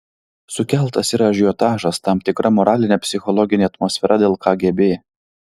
sukeltas yra ažiotažas tam tikra moralinė psichologinė atmosfera dėl kgb